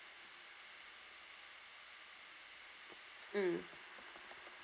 mm